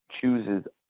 chooses